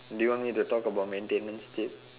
do you want me to talk about maintenance tip